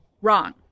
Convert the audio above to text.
Wrong